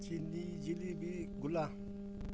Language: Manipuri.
ꯆꯤꯅꯤ ꯖꯤꯂꯤꯕꯤ ꯒꯨꯂꯥ